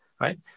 right